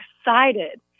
excited